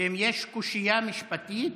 ואם יש קושייה משפטית,